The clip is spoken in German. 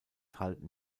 halten